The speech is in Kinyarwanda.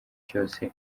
cyose